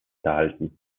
erhalten